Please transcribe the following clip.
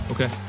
Okay